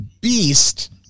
beast